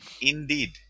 Indeed